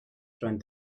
joined